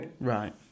Right